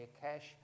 cash